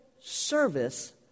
service